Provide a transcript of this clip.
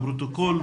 הפרוטוקול,